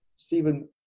Stephen